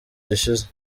gishize